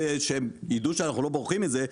כדי שיידעו שאנחנו לא בורחים מזה,